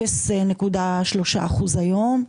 0.3% היום,